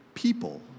people